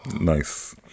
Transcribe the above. nice